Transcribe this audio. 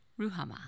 Ruhama